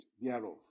thereof